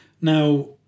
Now